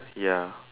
ya